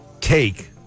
take